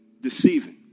deceiving